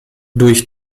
durch